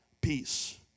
peace